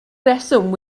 reswm